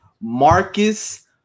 Marcus